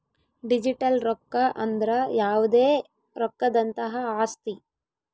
digital ರೊಕ್ಕ ಅಂದ್ರ ಯಾವ್ದೇ ರೊಕ್ಕದಂತಹ ಆಸ್ತಿ